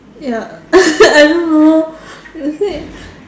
ya I don't know is it